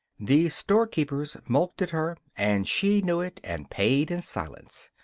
the storekeepers mulcted her and she knew it and paid in silence,